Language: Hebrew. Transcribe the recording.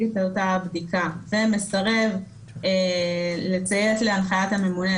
את אותה הבדיקה ומסרב לציית להנחיית הממונה,